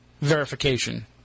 verification